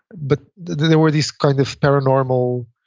but there were these kind of paranormal